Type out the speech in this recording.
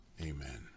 Amen